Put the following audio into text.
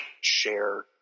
share